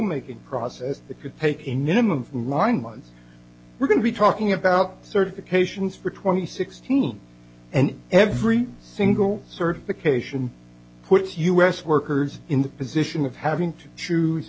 making process that could take in minimum line one we're going to be talking about certifications for twenty sixteen and every single certification puts u s workers in the position of having to choose